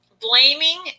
blaming